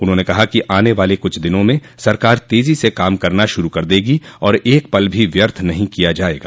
उन्होंने कहा कि आने वाले कुछ दिनों में सरकार तेज़ी से काम करना शुरू कर देगी और एक पल भी व्यर्थ नहीं किया जाएगा